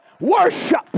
Worship